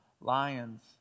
lions